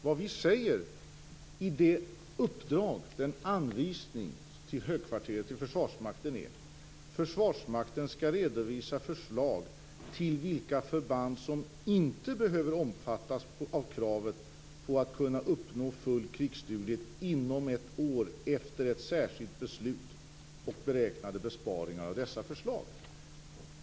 Vad vi säger i uppdraget och anvisningen till högkvarteret och Försvarsmakten är: Försvarsmakten skall redovisa förslag på vilka förband som inte behöver omfattas av kravet på att kunna uppnå full krigsduglighet inom ett år - detta efter ett särskilt beslut och beräknade besparingar av dessa förslag.